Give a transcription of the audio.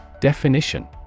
Definition